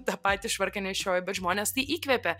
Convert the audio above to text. tą patį švarką nešioju bet žmones tai įkvepia